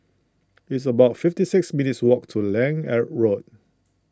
it's about fifty six minutes' walk to Lange at Road